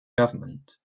government